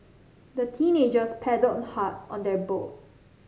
the teenagers paddled hard on their boat